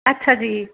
ਅੱਛਾ ਜੀ